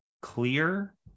clear